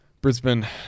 Brisbane